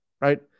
right